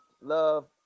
love